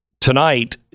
Tonight